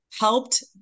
helped